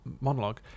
monologue